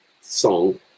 song